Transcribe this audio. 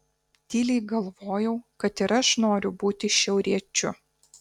tyliai galvojau kad ir aš noriu būti šiauriečiu